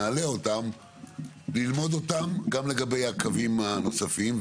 נעלה אותן ונלמד אותן גם לגבי הקווים הנוספים,